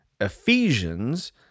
Ephesians